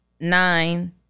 nine